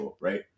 right